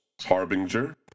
Harbinger